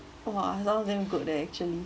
!wah! long then good leh actually